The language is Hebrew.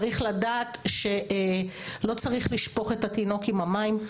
צריך לדעת שלא צריך לשפוך את התינוק עם המים.